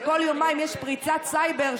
וכל יומיים יש פריצת סייבר,